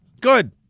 Good